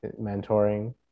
mentoring